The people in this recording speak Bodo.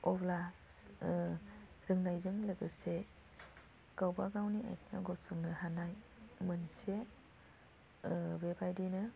अब्ला रोंनायजों लोगोसे गावबागावनि आथिङाव गसंनो हानाय मोनसे बेबायदिनो